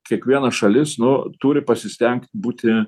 kiekviena šalis nu turi pasistengt būti